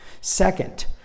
Second